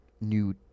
new